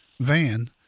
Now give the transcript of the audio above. van